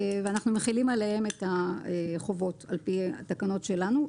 ואנחנו מחילים עליהם את החובות על פי התקנות שלנו,